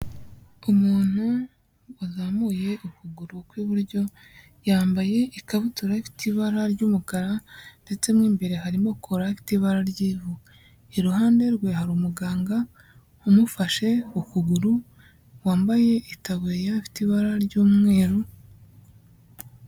Umuntu wazamuye ukuguru kw'iburyo, yambaye ikabutura ifite ibara ry'umukara ndetse mo imbere harimo kora ifite ibara ry'ivu, iruhande rwe hari umuganga umufashe ukuguru wambaye itaburiye ifite ibara ry'umweru.